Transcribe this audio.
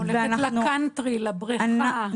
הולכת לקאנטרי, לבריכה.